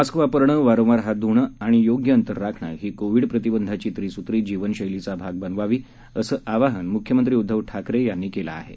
mask वापरणं वारंवार हात धुणं आणि योग्य अंतर राखणं ही कोविड प्रतिबंधाची त्रिसूत्री जीवनशैलीचा भाग बनवावी असं आवाहन मुख्यमंत्री उद्धव ठाकरे यांनी केलं आहे